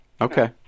Okay